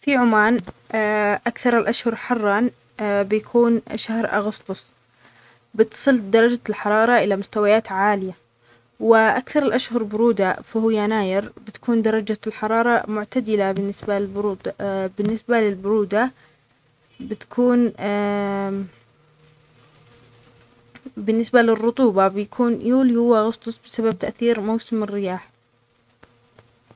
في عمان اكثر الاشهر حرًا بيكون شهر اغسطس بتصل درجة الحرارة الى مستويات عالية واكثر الاشهر برودة فهو يناير بتكون درجة الحرارة معتدلة بالنسبة لبرود بالنسبة للبرودة بتكون بالنسبة للرطوبة بيكون يوليو واغسطس بسبب تأثير موسم الرياح.